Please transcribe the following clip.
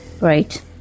Right